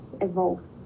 evolved